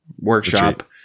workshop